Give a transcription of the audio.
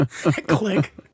click